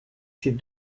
ses